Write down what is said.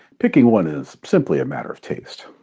picking one is simply a matter of taste.